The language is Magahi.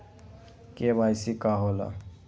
के.वाई.सी का होला?